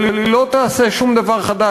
אבל היא לא תעשה שום דבר חדש.